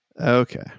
Okay